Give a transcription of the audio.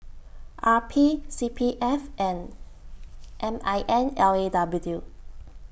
R P C P F and M I N L A W